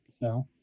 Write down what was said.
No